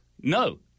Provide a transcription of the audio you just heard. No